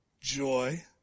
joy